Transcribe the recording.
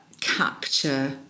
capture